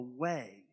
away